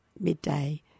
midday